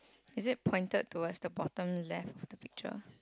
is it pointed towards the bottom left of the picture